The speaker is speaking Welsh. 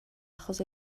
achos